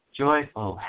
joyful